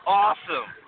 awesome